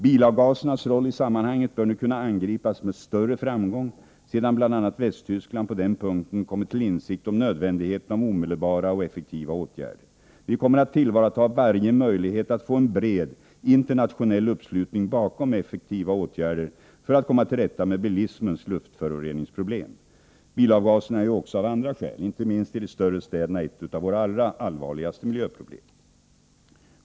Bilavgasernas roll i sammanhanget bör nu kunna angripas med större framgång, sedan bl.a. Västtyskland på den punkten kommit till insikt om nödvändigheten av omedelbara och effektiva åtgärder. Vi kommer att tillvarata varje möjlighet att få en bred internationell uppslutning bakom effektiva åtgärder för att komma till rätta med bilismens luftföroreningsproblem. Bilavgaserna är ju också av andra skäl, inte minst i de större städerna, ett av våra allra allvarligaste miljöproblem.